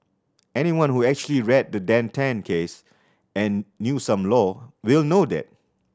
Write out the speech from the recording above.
anyone who actually read the Dan Tan case and knew some law will know that